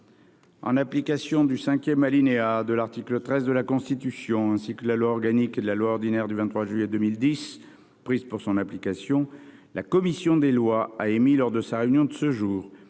En application du cinquième alinéa de l'article 13 de la Constitution, ainsi que de la loi organique n° 2010-837 et de la loi ordinaire n° 2010-838 du 23 juillet 2010 prises pour son application, la commission des lois a émis, lors de sa réunion de ce jour,